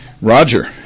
Roger